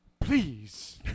please